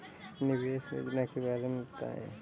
निवेश योजना के बारे में बताएँ?